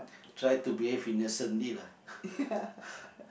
try to behave innocently lah